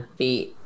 beat